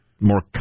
more